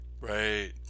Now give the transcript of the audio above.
Right